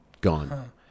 gone